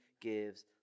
gives